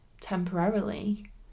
temporarily